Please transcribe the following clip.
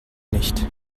nicht